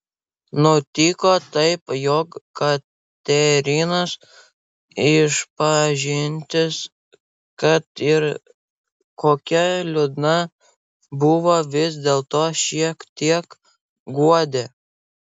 nutiko taip jog katerinos išpažintis kad ir kokia liūdna buvo vis dėlto šiek tiek guodė